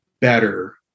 better